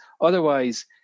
otherwise